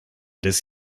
des